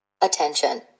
Attention